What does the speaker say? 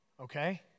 Okay